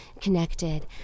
connected